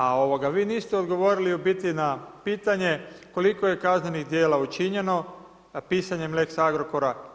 A vi niste odgovorili u biti na pitanje koliko je kaznenih djela učinjeno pisanjem lex-Agrokora?